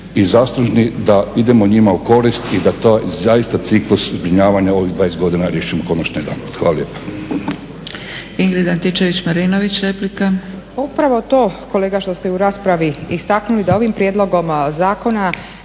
i zaslužni da idemo njima u korist i da taj ciklus zbrinjavanja u ovih 20 godina riješimo konačno jedanput. Hvala lijepa.